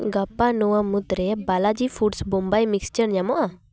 ᱜᱟᱯᱟ ᱱᱚᱣᱟ ᱢᱩᱫᱽᱨᱮ ᱵᱟᱞᱟᱡᱤ ᱯᱷᱩᱰ ᱵᱳᱢᱵᱟᱭ ᱢᱤᱠᱥᱪᱟᱨ ᱧᱟᱢᱚᱜᱼᱟ